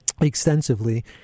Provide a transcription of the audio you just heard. extensively